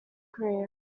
career